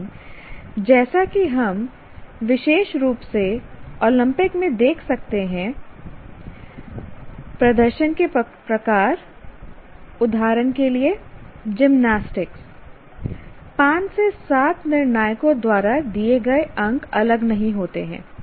लेकिन जैसा कि हम विशेष रूप से ओलंपिक में देख सकते हैं प्रदर्शन के प्रकार उदाहरण के लिए जिमनास्टिक 5 से 7 निर्णायको द्वारा दिए गए अंक अलग नहीं होते हैं